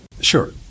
Sure